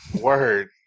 word